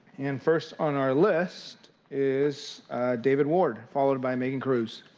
and first on our list. is david ward. followed by megan cruz.